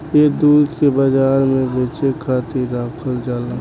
ए दूध के बाजार में बेचे खातिर राखल जाला